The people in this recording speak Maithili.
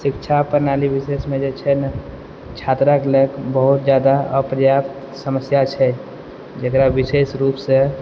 शिक्षा प्रणाली विशेषमे जे छै ने छात्राके लए कऽ बहुत जादा अपर्याप्त समस्या छै जकरा विशेष रूपसँ